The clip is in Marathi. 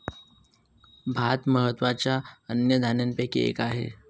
भात महत्त्वाच्या अन्नधान्यापैकी एक आहे